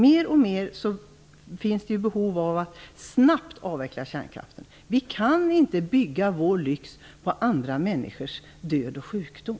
Mer och mer ökar behovet av att snabbt avveckla kärnkraften. Vi kan inte bygga vår lyx på andra människors död och sjukdom.